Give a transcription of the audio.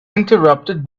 interrupted